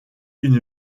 une